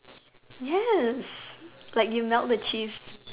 yes like you melt the cheese